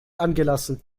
angelassen